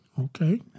Okay